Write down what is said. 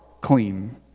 clean